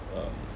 uh